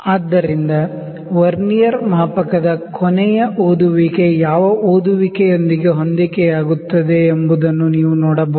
ಆದ್ದರಿಂದ ವರ್ನಿಯರ್ ಮಾಪಕದ ಕೊನೆಯ ರೀಡಿಂಗ್ ಯಾವ ರೀಡಿಂಗ್ ನೊoದಿಗೆ ಹೊಂದಿಕೆಯಾಗುತ್ತಿದೆ ಎಂಬುದನ್ನು ನೀವು ನೋಡಬಹುದು